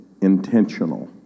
intentional